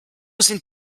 sind